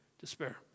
despair